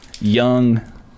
young